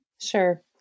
Sure